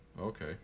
okay